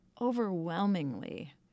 overwhelmingly